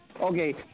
Okay